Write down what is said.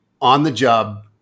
on-the-job